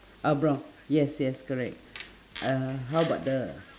ah brown yes yes correct uh how about the